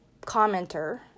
commenter